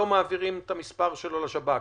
לא מעבירים את המספר שלו לשב"כ,